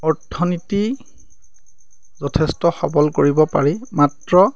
অৰ্থনীতি যথেষ্ট সবল কৰিব পাৰি মাত্ৰ